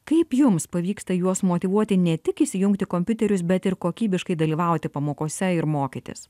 kaip jums pavyksta juos motyvuoti ne tik įsijungti kompiuterius bet ir kokybiškai dalyvauti pamokose ir mokytis